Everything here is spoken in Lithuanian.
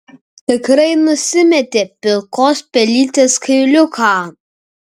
tikrai nusimetė pilkos pelytės kailiuką